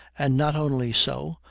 and not only so,